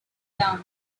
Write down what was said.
down